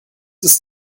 ist